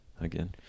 Again